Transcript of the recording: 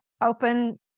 open